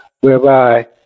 whereby